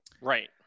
right